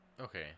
Okay